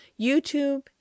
YouTube